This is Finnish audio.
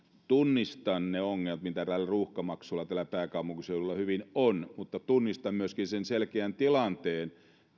hyvin ne ongelmat mitä näillä ruuhkamaksuilla täällä pääkaupunkiseudulla on mutta tunnistan myöskin sen selkeän tilanteen